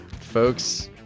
Folks